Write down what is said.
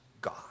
God